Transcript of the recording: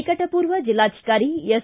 ನಿಕಟಪೂರ್ವ ಜಿಲ್ಲಾಧಿಕಾರಿ ಎಸ್